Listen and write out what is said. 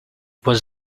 was